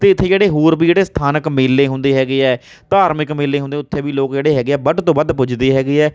ਅਤੇ ਇੱਥੇ ਜਿਹੜੇ ਹੋਰ ਵੀ ਜਿਹੜੇ ਸਥਾਨਕ ਮੇਲੇ ਹੁੰਦੇ ਹੈਗੇ ਆ ਧਾਰਮਿਕ ਮੇਲੇ ਹੁੰਦੇ ਉੱਥੇ ਵੀ ਲੋਕ ਜਿਹੜੇ ਹੈਗੇ ਹੈ ਵੱਧ ਤੋਂ ਵੱਧ ਪੁੱਜਦੇ ਹੈਗੇ ਆ